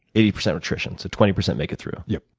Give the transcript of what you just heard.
eighty percent attrition. so twenty percent make it through. yes.